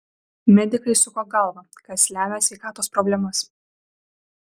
medikai suko galvą kas lemia sveikatos problemas